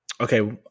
Okay